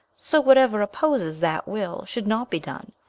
so whatever opposes that will should not be done,